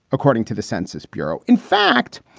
according to the census bureau. in fact,